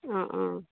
অঁ অঁ